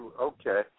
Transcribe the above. Okay